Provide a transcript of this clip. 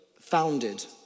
founded